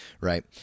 Right